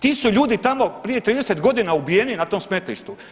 Ti su ljudi tamo prije 30 godina ubijeni na tom smetlištu.